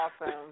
awesome